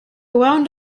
wound